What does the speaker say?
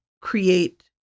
create